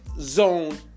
Zone